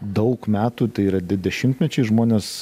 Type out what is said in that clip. daug metų tai yra de dešimtmečiai žmonės